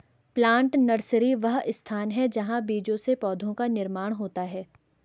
plant nursery वह स्थान है जहां बीजों से पौधों का निर्माण होता है